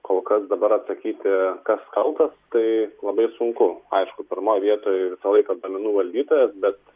kol kas dabar atsakyti kas kaltas tai labai sunku aišku pirmoj vietoj visą laiką duomenų valdytojas bet